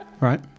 Right